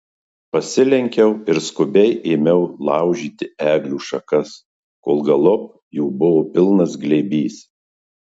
pasilenkiau ir skubiai ėmiau laužyti eglių šakas kol galop jų buvo pilnas glėbys